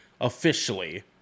officially